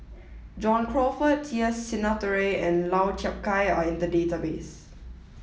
john Crawfurd T S Sinnathuray and Lau Chiap Khai are in the database